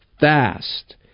fast